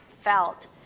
felt